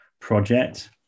project